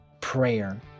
prayer